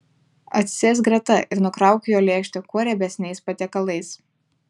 atsisėsk greta ir nukrauk jo lėkštę kuo riebesniais patiekalais